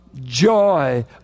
joy